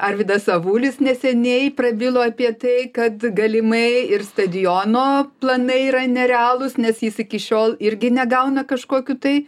arvydas avulis neseniai prabilo apie tai kad galimai ir stadiono planai yra nerealūs nes jis iki šiol irgi negauna kažkokių tai